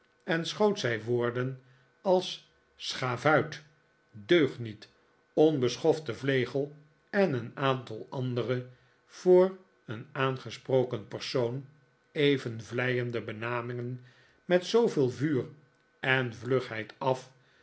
en schoot zij woorden als schavuit deugniet onbeschofte vlegel en een aantal andere voor den aangesproken persoon even vleiende benamingen met zooveel vuur en vlugheid af